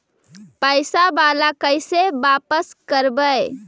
पैसा बाला कैसे बापस करबय?